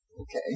Okay